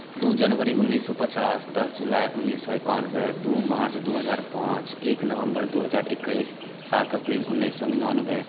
दू जनवरी उन्नैस सए पचास दस जुलाइ उन्नैस सए एकानबे दू मार्च दू हजार पाँच एक नवम्बर दू हजार एकैस सात अप्रिल उन्नैस सए निनानबे